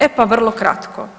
E pa vrlo kratko.